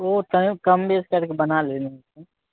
ओ तनी कम बेस करके बना लेने छी